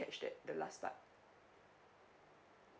missed it the last part